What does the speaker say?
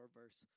verse